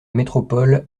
métropole